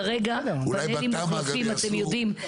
כרגע פנלים מוחלפים, אתם יודעים.